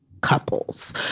couples